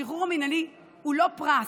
השחרור המינהלי הוא לא פרס,